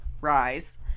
rise